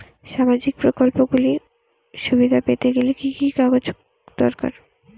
সামাজীক প্রকল্পগুলি সুবিধা পেতে গেলে কি কি কাগজ দরকার?